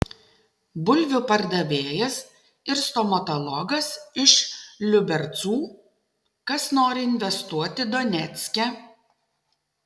bulvių pardavėjas ir stomatologas iš liubercų kas nori investuoti donecke